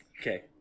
okay